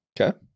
Okay